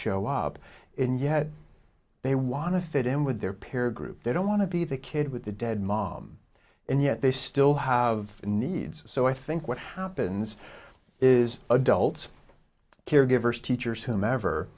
show up in yet they want to fit in with their peer group they don't want to be the kid with the dead mom and yet they still have needs so i think what happens is adults caregivers teachers